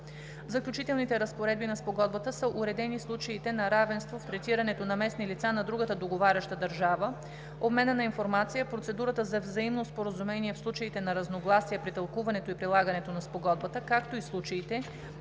заключителните разпоредби на Спогодбата са уредени случаите на равенство в третирането на местни лица на другата договаряща държава, обменът на информация, процедурата за взаимно споразумение в случаите на разногласие при тълкуването и прилагането на Спогодбата, както и случаите,